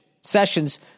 Sessions